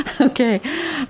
okay